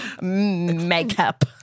Makeup